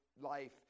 life